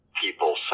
people